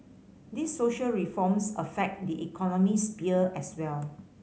these social reforms affect the economic sphere as well